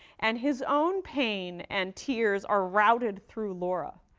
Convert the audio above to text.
and his own pain and tears are routed through laura.